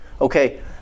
Okay